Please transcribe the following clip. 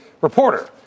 reporter